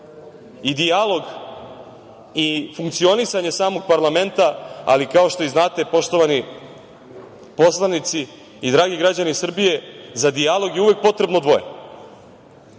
i dijalog i funkcionisanje samog parlamenta, ali kao što i znate, poštovani poslanici i dragi građani Srbije, za dijalog je uvek potrebno dvoje.